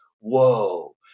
Whoa